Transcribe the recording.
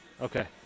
Okay